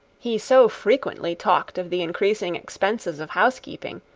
he so frequently talked of the increasing expenses of housekeeping,